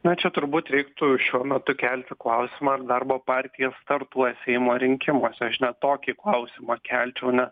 na čia turbūt reiktų šiuo metu kelti klausimą ar darbo partija startuos seimo rinkimuose aš net tokį klausimą kelčiau na